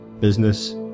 business